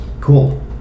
Cool